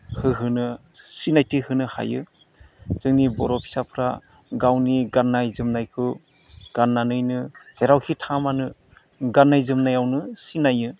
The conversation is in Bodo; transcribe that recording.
होहोनो सिनायथि होनो हायो जोंनि बर' फिसाफ्रा गावनि गाननाय जोमनायखौ गाननानैनो जेरावखि थाङामानो गाननाय जोमनायावनो सिनायो